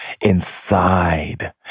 inside